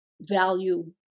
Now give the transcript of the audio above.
value